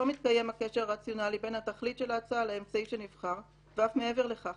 לא מתקיים הקשר הרציונאלי בין התכלית של ההצעה לאמצעי שנבחר ואף מעבר לכך